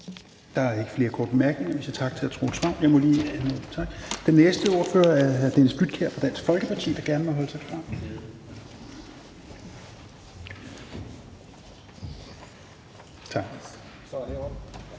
Der er ikke flere korte bemærkninger, så tak til hr. Troels Ravn. Den næste ordfører er hr. Dennis Flydtkjær, Dansk Folkeparti, der gerne må holde sig klar.